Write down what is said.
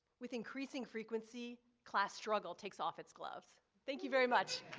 with increasing frequency class struggle takes off its gloves. thank you very much.